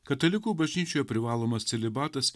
katalikų bažnyčioje privalomas celibatas